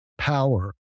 power